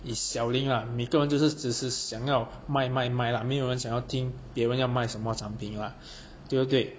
is selling lah 每个人就是只是想要卖卖卖啦没有人想要听别人要卖什么产品啦对不对